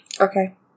Okay